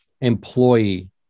employee